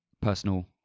personal